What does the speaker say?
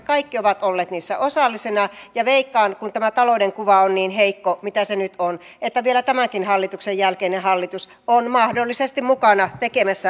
kaikki ovat olleet niissä osallisina ja veikkaan kun tämä talouden kuva on niin heikko kuin mitä se nyt on että vielä tämänkin hallituksen jälkeinen hallitus on mahdollisesti mukana tekemässä leikkauksia